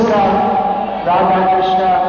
Ramakrishna